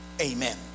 Amen